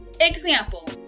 Example